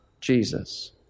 Jesus